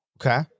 Okay